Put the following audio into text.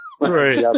Right